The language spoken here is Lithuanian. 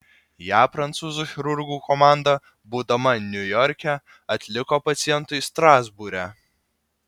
ją prancūzų chirurgų komanda būdama niujorke atliko pacientui strasbūre